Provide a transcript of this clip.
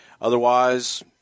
Otherwise